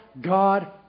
God